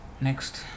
Next